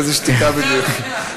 איזו שתיקה בדיוק?